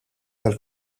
tal